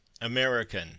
American